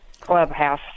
clubhouse